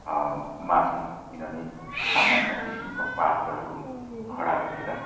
मा छ किनभने सामान्य किसिमको पात्रहरू खडा गरेर